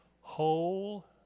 whole